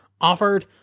offered